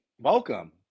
Welcome